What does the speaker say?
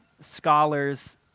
scholars